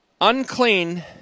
Unclean